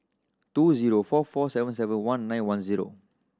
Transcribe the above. two zero four four seven seven one nine one zero